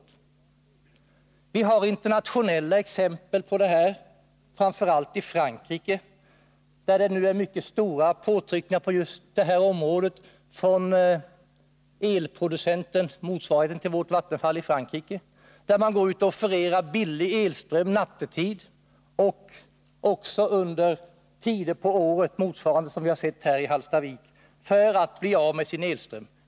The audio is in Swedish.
Det finns också internationella exempel på detta, framför allt i Frankrike. Frankrikes motsvarighet till Vattenfall offererar billig elström nattetid och under tider på året motsvarande den ordinarie semestertiden för att bli av med sin elström.